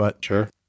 Sure